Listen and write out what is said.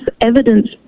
evidence